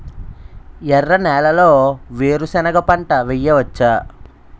ఎర్ర నేలలో వేరుసెనగ పంట వెయ్యవచ్చా?